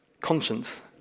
conscience